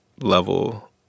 level